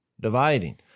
dividing